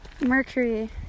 mercury